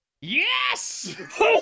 Yes